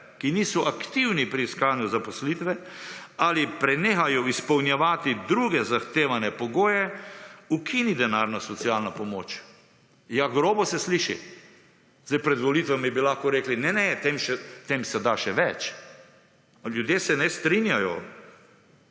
ki niso aktivni pri iskanju zaposlitve ali prenehajo izpolnjevati druge zahtevane pogoje, ukini denarna socialna pomoč. Ja, grobo se sliši. Zdaj pred volitvami bi lahko rekli ne, ne, tem se da še več. Ljudje se ne strinjajo.